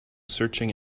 searching